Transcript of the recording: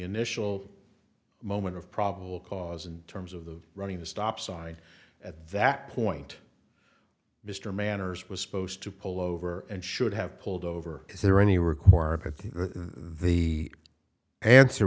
initial moment of probable cause and terms of the running a stop sign at that point mr manners was supposed to pull over and should have pulled over is there any were corporate the answer